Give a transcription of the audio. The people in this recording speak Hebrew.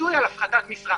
על הפחתת משרה.